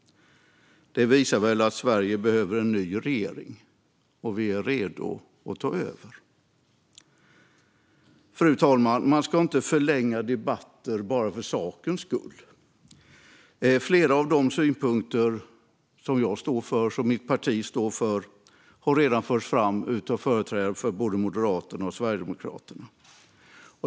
Det visar väl att Sverige behöver en ny regering, och vi är redo att ta över. Fru talman! Man ska inte förlänga debatter bara för sakens skull. Flera av de synpunkter som jag och mitt parti står för har redan förts fram av företrädare för både Moderaterna och Sverigedemokraterna.